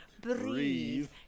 breathe